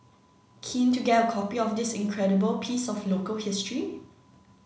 keen to get a copy of this incredible piece of local history